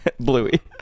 Bluey